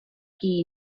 qui